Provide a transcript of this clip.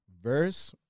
Verse